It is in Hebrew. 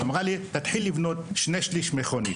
היא אמרה לי: תתחיל לבנות שני-שליש מכונית.